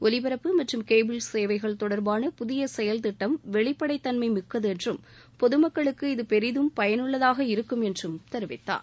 ஒலிபரப்பு மற்றும் கேபிள் சேவைகள் தொடர்பான புதிய செயல்திட்டம் வெளிப்படைத்தன்மை மிக்கது என்றும் பொது மக்களுக்கு இது பெரிதும் பயனுள்ளதாக இருக்கும் என்றும் தெரிவித்தார்